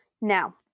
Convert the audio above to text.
Now